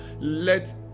let